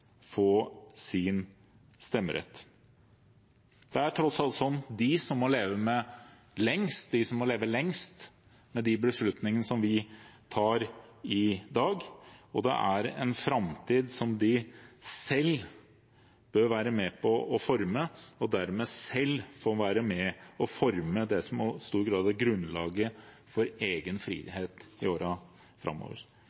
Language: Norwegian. få stemmerett. Det er tross alt de som må leve lengst med de beslutningene vi tar i dag, og det er en framtid de selv bør være med på å forme og dermed være med og forme det som i stor grad er grunnlaget for deres egen